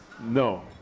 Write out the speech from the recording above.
No